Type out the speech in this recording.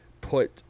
put